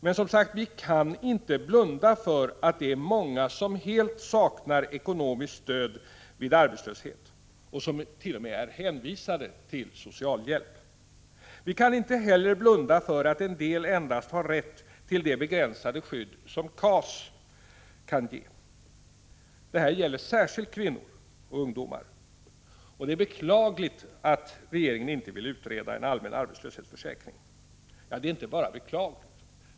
Men — som sagt — vi kan inte blunda för att det är många som helt saknar ekonomiskt stöd vid arbetslöshet och som är hänvisade till socialhjälp. Vi kan inte heller blunda för att en del endast har rätt till det begränsade skydd som KAS kan ge. Detta gäller särskilt kvinnor och ungdomar. Det är beklagligt att regeringen inte vill utreda en allmän arbetslöshetsförsäkring. Ja, det är inte bara beklagligt.